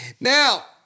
Now